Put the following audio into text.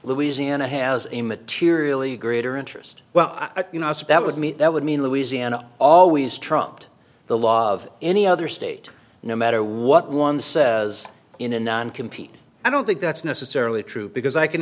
louisiana has a materially greater interest well you know it's a bet with me that would mean louisiana always trumped the law of any other state no matter what one says in a non compete i don't think that's necessarily true because i can